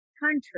country